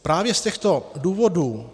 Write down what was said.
Právě z těchto důvodů